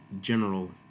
general